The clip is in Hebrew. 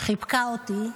חיבקה אותי,